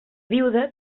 viuda